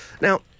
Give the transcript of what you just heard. Now